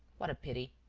what a pity!